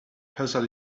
hustle